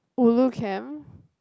ulu camp